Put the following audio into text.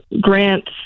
grants